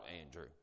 Andrew